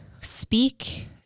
speak